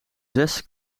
zes